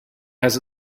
has